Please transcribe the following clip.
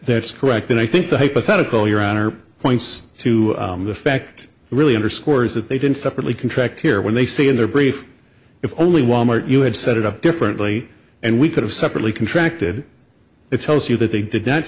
then i think the hypothetical your honor points to the fact really underscores that they didn't separately contract here when they say in their brief if only wal mart you had set it up differently and we could have separately contracted it tells you that they did